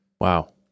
wow